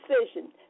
decision